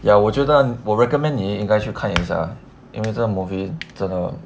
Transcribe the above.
ya 我觉得我 recommend 你应该去看一下因为这 movie 真的